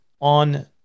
on